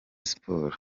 sports